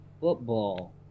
football